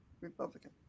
Republican